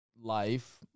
Life